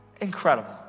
incredible